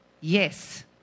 Yes